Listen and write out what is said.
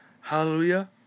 Hallelujah